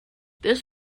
this